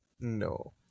No